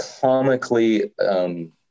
comically